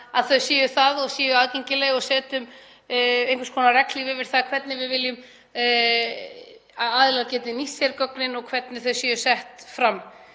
að þau séu birt og séu aðgengileg. Við setjum eins konar regnhlíf yfir það hvernig við viljum að aðilar geti nýtt sér gögnin og hvernig þau séu sett fram.